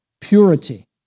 purity